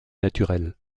naturel